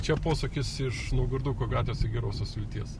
čia posūkis iš naugarduko gatvės į gerosios vilties